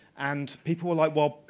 and people were like, well,